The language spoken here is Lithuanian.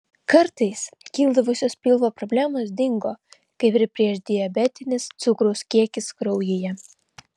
kartais kildavusios pilvo problemos dingo kaip ir priešdiabetinis cukraus kiekis kraujyje